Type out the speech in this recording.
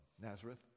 Nazareth